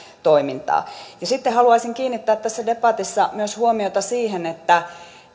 toimintaa sitten haluaisin kiinnittää tässä debatissa huomiota myös siihen että